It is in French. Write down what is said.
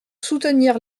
soutenir